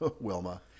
Wilma